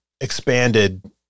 expanded